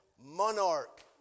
Monarch